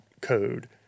code